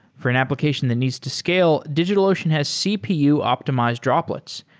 for an application that needs to scale, digitalocean has cpu optimized droplets,